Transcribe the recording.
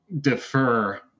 defer